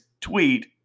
tweet